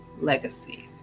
legacy